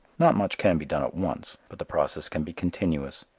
not much can be done at once but the process can be continuous.